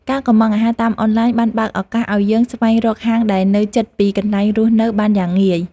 ការកុម្ម៉ង់អាហារតាមអនឡាញបានបើកឱកាសឱ្យយើងស្វែងរកហាងដែលនៅឆ្ងាយពីកន្លែងរស់នៅបានយ៉ាងងាយ។